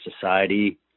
society